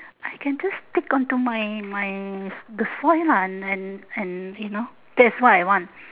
I can just stick onto my my the soil lah and and you know that's what I want